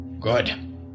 Good